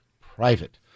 private